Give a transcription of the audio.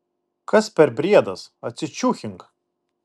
kas per briedas atsičiūchink